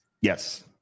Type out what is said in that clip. Yes